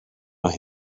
mae